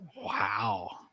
Wow